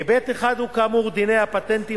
היבט אחד הוא כאמור דיני הפטנטים,